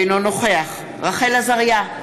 אינו נוכח רחל עזריה,